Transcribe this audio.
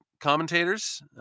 commentators